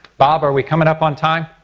bob are we coming up on time?